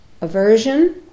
aversion